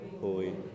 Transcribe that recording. holy